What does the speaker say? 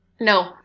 No